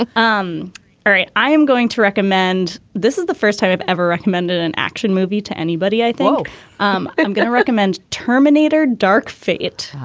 ah um all right i am going to recommend this is the first time i've ever recommended an action movie to anybody i think um i'm going to recommend terminator dark fate.